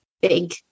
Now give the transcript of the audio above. big